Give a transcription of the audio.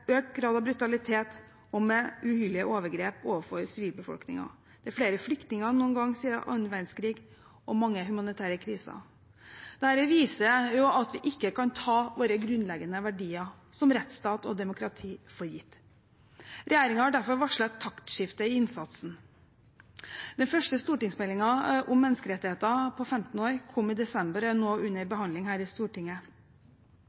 økt grad av brutalitet og uhyrlige overgrep overfor sivilbefolkningen. Det er flere flyktninger enn noen gang siden den andre verdenskrig og mange humanitære kriser. Dette viser at vi ikke kan ta våre grunnleggende verdier som rettsstat og demokrati for gitt. Regjeringen har derfor varslet et taktskifte i innsatsen. Den første stortingsmeldingen om menneskerettigheter på 15 år kom i desember og er nå under behandling her i Stortinget.